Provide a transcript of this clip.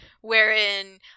wherein